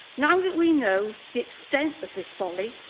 now that we know the extent of this folly,